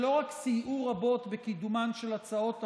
שלא רק סייעו רבות בקידומן של הצעות החוק,